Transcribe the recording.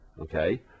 okay